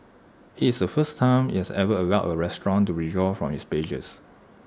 IT is the first time IT has ever allowed A restaurant to withdraw from its pages